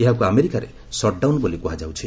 ଏହାକୁ ଆମେରିକାରେ ସଟ୍ଡାଉନ୍ ବୋଲି କୃହାଯାଉଛି